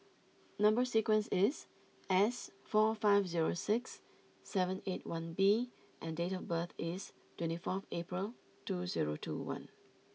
number sequence is S four five zero six seven eight one B and date of birth is twenty four April two zero two one